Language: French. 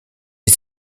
est